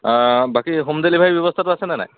অঁ বাকী home delivery ব্যৱস্থাটো আছেনে নাই